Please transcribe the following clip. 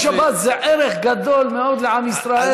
יום השבת זה ערך גדול מאוד לעם ישראל,